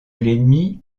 l’ennemi